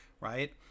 right